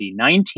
2019